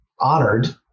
honored